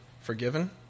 forgiven